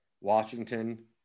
Washington